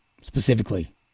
specifically